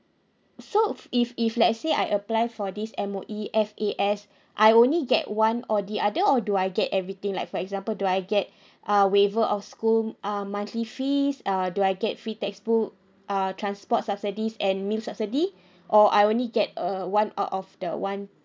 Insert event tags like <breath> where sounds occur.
so if if let's say I apply for this M_O_E F_A_S I only get one or the other or do I get everything like for example do I get <breath> uh waiver of school um monthly fees uh do I get free textbook uh transport subsidies and meal subsidy or I only get uh one out of the one